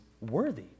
worthy